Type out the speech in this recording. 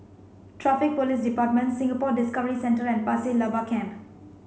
Traffic Police Department Singapore Discovery Centre and Pasir Laba Camp